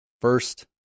first